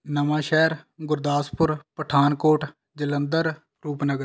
Nawanshahr Gurdaspur Pathankot Jalandhar Rupnagar